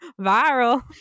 viral